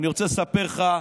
אני רוצה לספר לך,